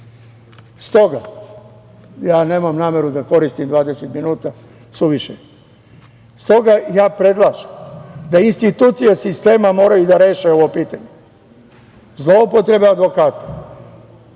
kancelariji. Nemam nameru da koristim 20 minuta, suviše je. Stoga ja predlažem da institucije sistema moraju da reše ovo pitanje zloupotrebe advokata.